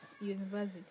university